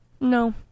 No